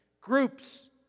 Groups